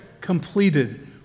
completed